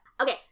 Okay